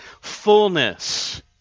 fullness